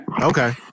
Okay